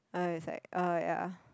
I was like eh ya